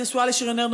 אני נשואה לשריונר,